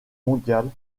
mondiales